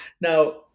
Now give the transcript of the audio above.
Now